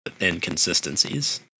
inconsistencies